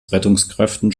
rettungskräften